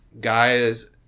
guys